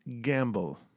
Gamble